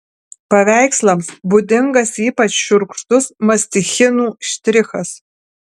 paveikslams būdingas ypač šiurkštus mastichinų štrichas